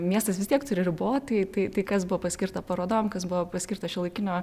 miestas vis tiek turi ribotai tai tai kas buvo paskirta parodom kas buvo paskirta šiuolaikinio